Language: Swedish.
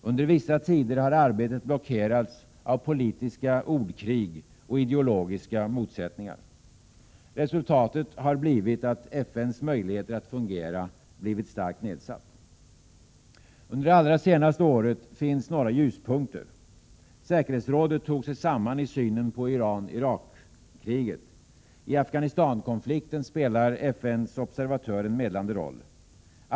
Under vissa tider har arbetet blockerats av politiska ordkrig och ideologiska motsättningar. Resultatet har blivit att FN:s möjligheter att fungera blivit starkt nedsatta. Under det allra senaste året har vi kunnat se några ljuspunkter. Säkerhetsrådet tog sig samman i synen på Iran —Irak-kriget. I Afghanistankonflikten spelar FN:s observatör en medlande roll.